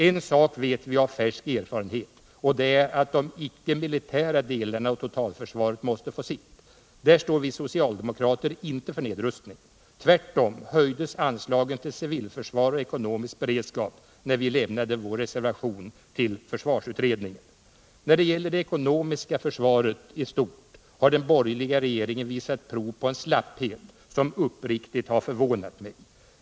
En sak vet vi av färsk erfarenhet, och det är att de icke militära delarna av totalförsvaret måste få sitt. Där står vi socialdemokrater inte för nedrustning. Tvärtom höjdes anslagen till civilförsvar och ekonomisk beredskap när vi lämnade vår reservation till försvarsutredningen. När det gäller det ekonomiska försvaret i stort har den borgerliga regeringen visat prov på en slapphet som uppriktigt har förvånat mig.